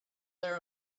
their